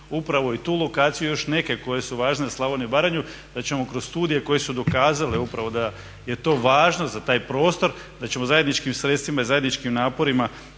upravo i tu lokaciju i još neke koje su važne za Slavoniju i Baranju, da ćemo kroz studije koje su dokazale upravo da je to važno za taj prostor da ćemo zajedničkim sredstvima i zajedničkim naporima